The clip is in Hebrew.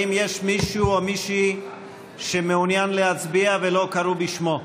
האם יש מישהו או מישהי שמעוניין להצביע ולא קראו בשמו?